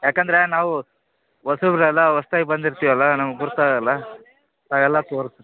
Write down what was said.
ಯಾಕಂದರೆ ನಾವು ಹೊಸಬ್ರಲ್ಲ ಹೊಸ್ದಾಗ್ ಬಂದಿರ್ತೀವಿ ಅಲ್ಲ ನಮ್ಗೆ ಗುರ್ತಾಗಲ್ಲ ಅದೆಲ್ಲ ತೋರ್ಸಿ